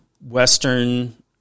Western